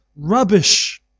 rubbish